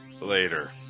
Later